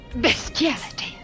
bestiality